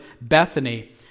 Bethany